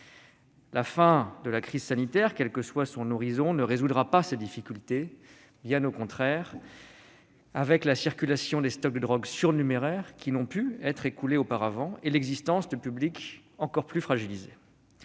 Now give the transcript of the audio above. La fin de la crise sanitaire, quel que soit son horizon, ne résoudra pas ces difficultés, bien au contraire, avec la circulation des stocks de drogue surnuméraires n'ayant pu être écoulés et l'existence de publics encore plus fragilisés.